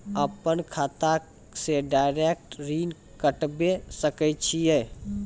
अपन खाता से डायरेक्ट ऋण कटबे सके छियै?